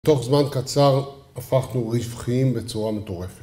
בתוך זמן קצר הפכנו רווחיים בצורה מטורפת